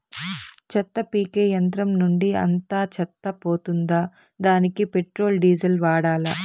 చెత్త పీకే యంత్రం నుండి అంతా చెత్త పోతుందా? దానికీ పెట్రోల్, డీజిల్ వాడాలా?